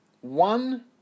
one